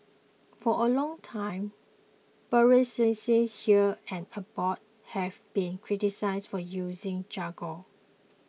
for a long time bureaucracies here and abroad have been criticised for using jargon